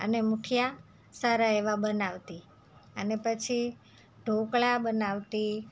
અને મુઠીયા સારા એવાં બનાવતી અને પછી ઢોકળા બનાવતી